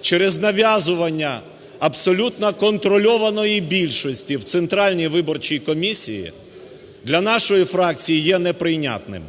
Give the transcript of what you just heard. через нав'язування абсолютно контрольованої більшості в Центральній виборчій комісії, для нашої фракції є неприйнятним.